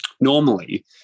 Normally